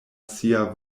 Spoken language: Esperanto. sia